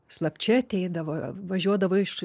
slapčia ateidavo važiuodavo iš